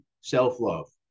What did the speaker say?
self-love